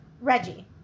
Reggie